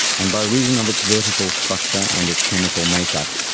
and by reason of its vertical structure and its chemical makeup,